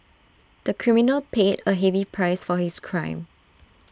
the criminal paid A heavy price for his crime